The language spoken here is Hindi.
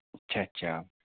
अच्छा अच्छा